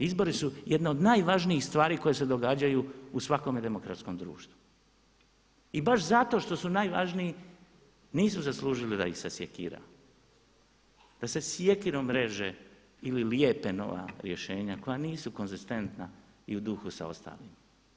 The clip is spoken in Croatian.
Izbori su jedna od najvažnijih stvari koje se događaju u svakome demokratskom društvu i baš zato što su najvažniji nisu zaslužili da ih se sjekira, da se sjekirom reže ili lijepe nova rješenja koja nisu konzistentna i u duhu sa ostalima.